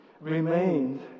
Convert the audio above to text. remained